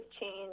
change